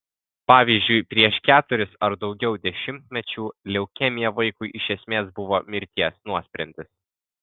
pavyzdžiui prieš keturis ar daugiau dešimtmečių leukemija vaikui iš esmės buvo mirties nuosprendis